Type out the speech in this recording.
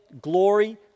glory